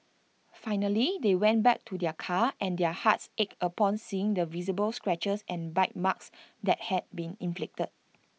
finally they went back to their car and their hearts ached upon seeing the visible scratches and bite marks that had been inflicted